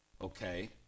Okay